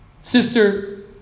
Sister